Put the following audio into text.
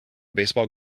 baseball